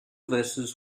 verses